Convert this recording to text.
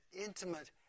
intimate